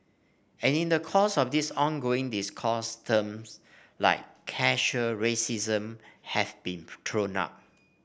and in the course of this ongoing discourse terms like casual racism have been thrown up